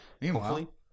Meanwhile